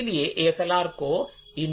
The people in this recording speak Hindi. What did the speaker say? इसलिए अब एएसएलआर के इंटर्नल्स को देखेंगे